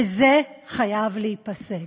וזה חייב להיפסק.